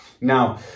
now